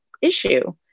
issue